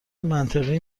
منطقی